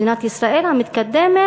מדינת ישראל המתקדמת,